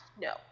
No